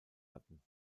hatten